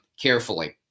carefully